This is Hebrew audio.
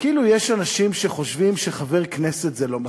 כאילו יש אנשים שחושבים שחבר כנסת זה לא מספיק.